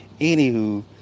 Anywho